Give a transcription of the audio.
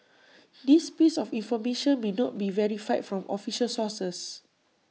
this piece of information may not be verified from official sources